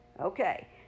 Okay